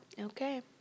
Okay